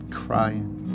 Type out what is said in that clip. crying